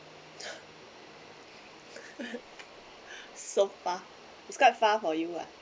so far it's quite far for you what